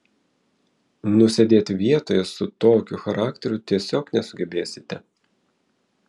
nusėdėti vietoje su tokiu charakteriu tiesiog nesugebėsite